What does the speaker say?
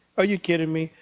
are you kidding me?